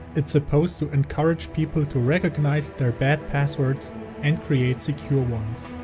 it's supposed to encourage people to recognize their bad passwords and create secure ones.